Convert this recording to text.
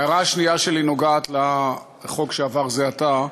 ההערה השנייה שלי נוגעת לחוק שעבר זה עתה,